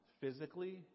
physically